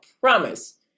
promise